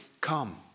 Come